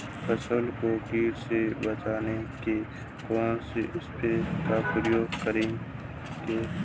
फसल को कीट से बचाव के कौनसे स्प्रे का प्रयोग करें?